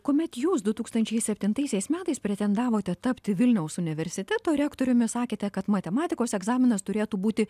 kuomet jūs du tūkstančiai septintaisiais metais pretendavote tapti vilniaus universiteto rektoriumi sakėte kad matematikos egzaminas turėtų būti